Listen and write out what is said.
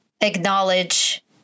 acknowledge